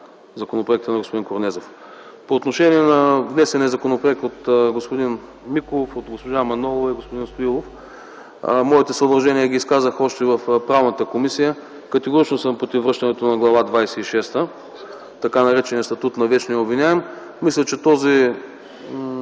законопроекта на господин Корнезов. По отношение на внесения законопроект от господин Миков, от госпожа Манолова и господин Стоилов. Моите съображения ги изказах още в Правната комисия. Категорично съм против връщането на Глава 26, така наречения статут на „вечния обвиняем”. Мисля, че тази